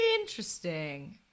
Interesting